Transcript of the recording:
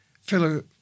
fellow